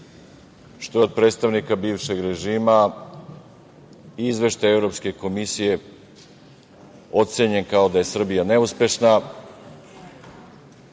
što je od predstavnika bivšeg režima Izveštaj Evropske komisije ocenjen kao da je Srbija neuspešna